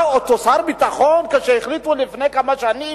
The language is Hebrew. מה, אותו שר ביטחון כשהחליטו לפני כמה שנים,